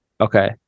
Okay